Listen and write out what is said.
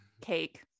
cake